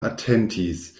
atentis